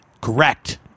Correct